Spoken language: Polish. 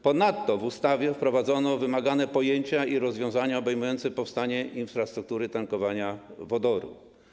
Ponadto w ustawie wprowadzono wymagane pojęcia i rozwiązania obejmujące powstanie infrastruktury tankowania wodoru.